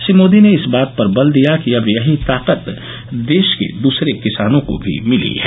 श्री मोदी ने इस बात पर बल दिया कि अब यही ताकत देश के दुसरे किसानों को भी मिली है